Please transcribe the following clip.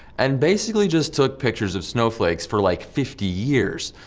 and basically just took pictures of snowflakes for like, fifty years.